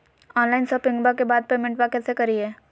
Online शोपिंग्बा के बाद पेमेंटबा कैसे करीय?